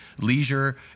leisure